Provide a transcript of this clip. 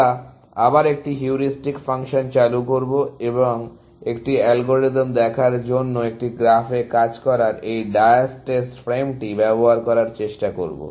আমরা আবার একটি হিউরিস্টিক ফাংশন চালু করব এবং একটি অ্যালগরিদম দেখার জন্য একটি গ্রাফে কাজ করার এই ডায়াস্টেস ফ্রেমটি ব্যবহার করার চেষ্টা করব